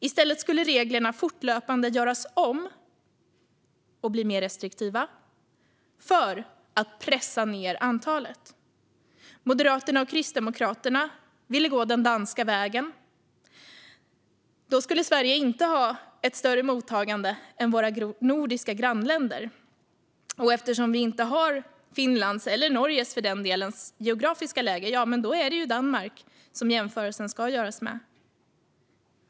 I stället skulle reglerna fortlöpande göras om och bli mer restriktiva för att pressa ned antalet. Moderaterna och Kristdemokraterna ville gå den danska vägen. Då skulle Sverige inte ha ett större mottagande än våra nordiska grannländer. Eftersom vi inte har Finlands eller Norges, för den delen, geografiska läge är det Danmark som jämförelsen ska göras med.